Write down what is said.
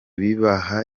bibaha